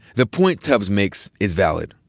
the point tubbs makes is valid.